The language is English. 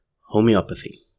homeopathy